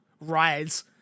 rise